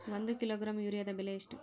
ಒಂದು ಕಿಲೋಗ್ರಾಂ ಯೂರಿಯಾದ ಬೆಲೆ ಎಷ್ಟು?